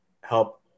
help